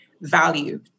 value